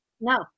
No